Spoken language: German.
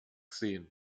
sehen